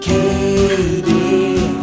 Katie